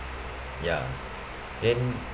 ya then